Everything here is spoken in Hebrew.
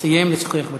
סיים לשוחח בטלפון.